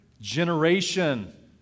generation